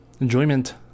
enjoyment